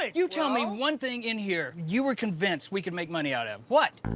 it! you tell me one thing in here you are convinced we can make money out of. what?